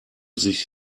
sich